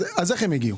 אז איך הן הגיעו?